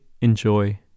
enjoy